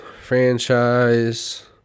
Franchise